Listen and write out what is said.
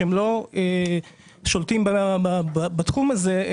שלא שולטים בתחום הזה,